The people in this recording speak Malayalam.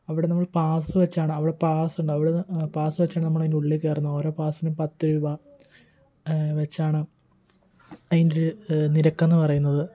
അവിടെ നമ്മൾ പാസ് വെച്ചാണ് അവിടെ പാസുണ്ട് അവിടെ പാസ് വെച്ചാണ് നമ്മളതിന്റെ ഉള്ളിലേക്ക് കയറുന്നത് ഓരോ പാസിനും പത്തുരൂപ വെച്ചാണ് അതിന്റെ നിരക്ക് എന്ന് പറയുന്നത്